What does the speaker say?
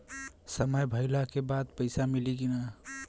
समय भइला के बाद पैसा मिली कि ना?